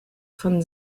von